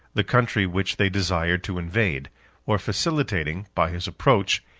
the country which they desired to invade or facilitating, by his approach,